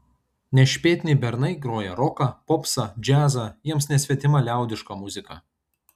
nešpėtni bernai groja roką popsą džiazą jiems nesvetima liaudiška muzika